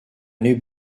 new